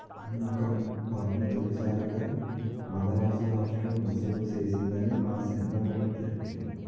అమ్మకం పన్ను తొలిసారిగా మదరాసు రాష్ట్రం ఒసూలు సేసిందని మా సిన్న గుంట సెప్పింది